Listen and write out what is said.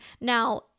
Now